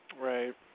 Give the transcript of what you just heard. Right